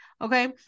okay